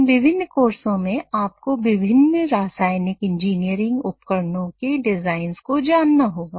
इन विभिन्न कोर्सों में आपको विभिन्न रासायनिक इंजीनियरिंग उपकरणों के डिजाइंस को जानना होगा